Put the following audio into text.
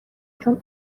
چون